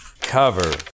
cover